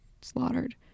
slaughtered